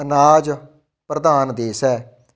ਅਨਾਜ ਪ੍ਰਧਾਨ ਦੇਸ਼ ਹੈ